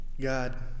God